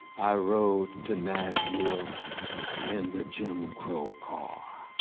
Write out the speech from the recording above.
i rode to nashville in the jim crow car.